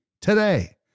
today